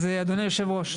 אז אדוני היו"ר,